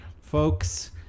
folks